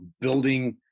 building